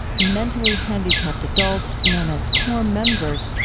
mentally handicapped adults, known as core members,